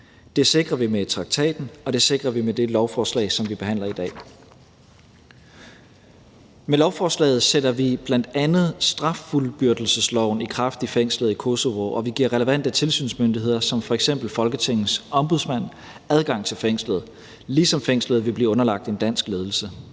det sikrer vi med det lovforslag, som vi behandler i dag. Med lovforslaget sætter vi bl.a. straffuldbyrdelsesloven i kraft i fængslet i Kosovo, og vi giver relevante tilsynsmyndigheder som f.eks. Folketingets Ombudsmand adgang til fængslet, ligesom fængslet vil blive underlagt en dansk ledelse.